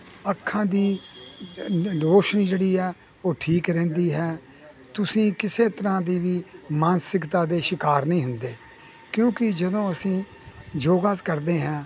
ਅੱਖਾਂ ਦੀ ਰੋਸ਼ਨੀ ਜਿਹੜੀ ਆ ਉਹ ਠੀਕ ਰਹਿੰਦੀ ਹੈ ਤੁਸੀਂ ਕਿਸੇ ਤਰ੍ਹਾਂ ਦੀ ਵੀ ਮਾਨਸਿਕਤਾ ਦੇ ਸ਼ਿਕਾਰ ਨਹੀਂ ਹੁੰਦੇ ਕਿਉਂਕਿ ਜਦੋਂ ਅਸੀਂ ਯੋਗਾ ਸ ਕਰਦੇ ਹਾਂ